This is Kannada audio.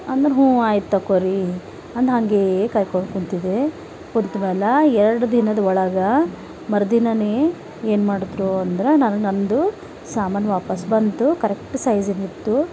ಅಂದರ ಹ್ಞೂ ಆಯಿತು ತಕೋರಿ ಅಂದ ಹಂಗೇ ಕಾಯ್ಕೊಂಡ್ ಕುಂತಿದೆ ಕುಂತ ಮ್ಯಾಲ ಎರಡು ದಿನದ ಒಳಗ ಮರುದಿನಾನೆ ಏನು ಮಾಡಿದ್ರು ಅಂದರ ನನಗ ನನ್ನದು ಸಾಮಾನು ವಾಪಾಸ್ ಬಂತು ಕರೆಕ್ಟ್ ಸೈಜ್ ಇದ್ದಿತ್ತು